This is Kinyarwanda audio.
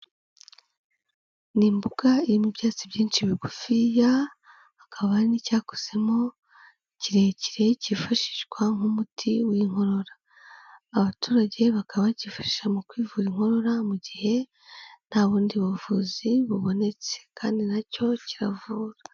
Ni imbuga irimo ibyatsi byinshi bigufiya, hakaba n'icyakuzemo kirekire cyifashishwa nk'umuti w'Inkorora, abaturage bakaba bagifasha mu kwivuza inkorora mu gihe nta bundi buvuzi bubonetse kandi nacyo kiravura.